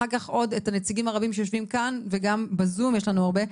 אחר כך את הנציגים הרבים שיושבים כאן וגם בזום יש לנו הרבה.